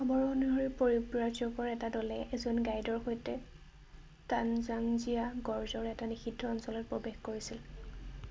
খবৰ অনুসৰি পৰিব্ৰাজকৰ এটা দলে এজন গাইডৰ সৈতে টানঝাংজিয়া গৰ্জৰ এটা নিষিদ্ধ অঞ্চলত প্ৰৱেশ কৰিছিল